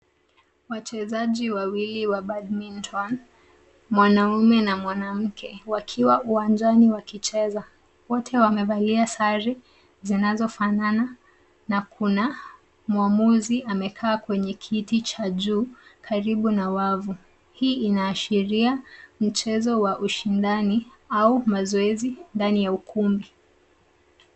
Wachezaji wawili wa badminton ; mwanaume na mwanamke, wakiwa uwanjani wakicheza. Wote wamevalia sare zinazofanana na kuna muamuza amekaa kwenye kiti cha juu karibu na wavu. Hii inaashiria mchezo wa ushindani au mazoezi ndani ya ukumbi.